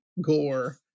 gore